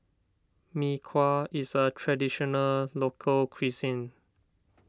Mee Kuah is a Traditional Local Cuisine